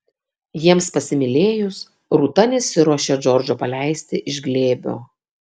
jiems pasimylėjus rūta nesiruošė džordžo paleisti iš glėbio